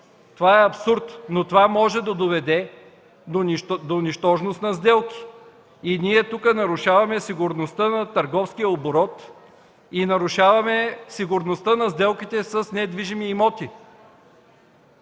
Това е абсурд! Но това може да доведе до нищожност на сделки. И ние тук нарушаваме сигурността на търговския оборот и нарушаваме сигурността на сделките с недвижими имоти.